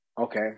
Okay